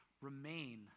Remain